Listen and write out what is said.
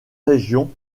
régions